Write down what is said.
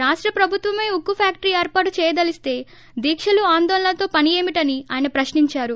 రాష్ట్ర ప్రభుత్వమే ఉక్కు ఫ్యాక్టరీ ఏర్పాటు చేయదలిస్తే దీకలు ఆందోళనలతో పని ఏమిటి అని ఆయన ప్రశ్నించారు